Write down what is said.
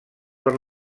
per